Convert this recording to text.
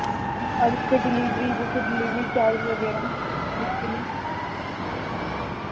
اور اس کے ڈلیوری جیسے ڈلیوری چارج وغیرہ اس کے لیے